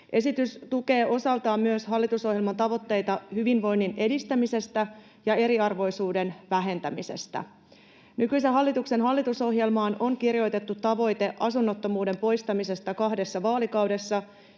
Esitys tukee osaltaan myös hallitusohjelman tavoitteita hyvinvoinnin edistämisestä ja eriarvoisuuden vähentämisestä. Nykyisen hallituksen hallitusohjelmaan on kirjoitettu tavoite asunnottomuuden poistamisesta kahdessa vaalikaudessa,